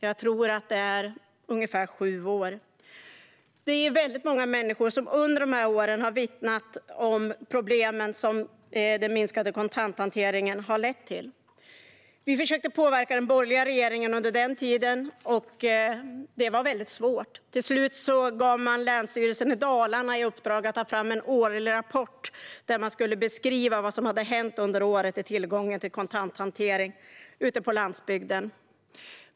Jag tror att det är ungefär sju år. Det är väldigt många människor som under de här åren har vittnat om problemen som den minskade kontanthanteringen har lett till. Vi försökte påverka den borgerliga regeringen under deras tid, men det var väldigt svårt. Till slut gav man Länsstyrelsen i Dalarna i uppdrag att ta fram en årlig rapport där de skulle beskriva vad som hade hänt under året med tillgången till kontanthantering ute på landsbygden.